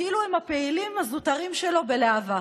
כאילו הם הפעילים הזוטרים שלו בלהב"ה.